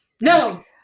No